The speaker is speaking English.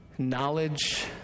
knowledge